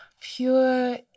pure